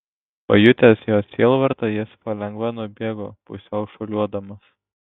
pajutęs jos sielvartą jis palengva nubėgo pusiau šuoliuodamas